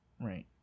Right